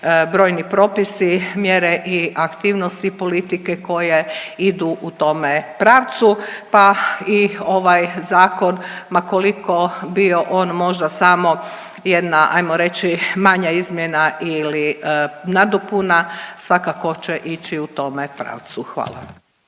brojni propisi, mjere i aktivnosti politike koje idu u tome pravcu, pa i ovaj zakon ma koliko bio on možda samo jedna hajmo reći manja izmjena ili nadopuna. Svakako će ići u tome pravcu. Hvala.